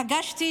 פגשתי